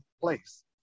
place